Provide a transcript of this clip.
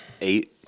eight